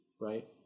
right